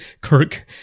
Kirk